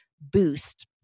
boost